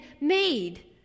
made